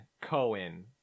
Cohen